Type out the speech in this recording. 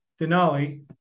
Denali